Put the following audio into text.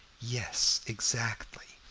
yes, exactly.